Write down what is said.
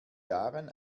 jahren